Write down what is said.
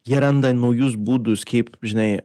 jie randa naujus būdus kaip žinai